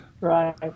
Right